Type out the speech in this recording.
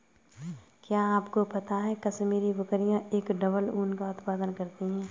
क्या आपको पता है कश्मीरी बकरियां एक डबल ऊन का उत्पादन करती हैं?